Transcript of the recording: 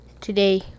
today